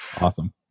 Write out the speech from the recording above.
Awesome